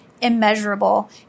Immeasurable